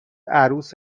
عروس